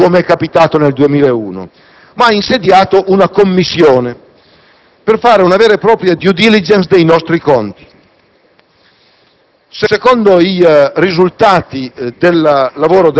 non ha rilasciato interviste al telegiornale della sera, come è accaduto nel 2001, ma ha insediato una Commissione per fare una vera e propria *due diligence* dei nostri conti.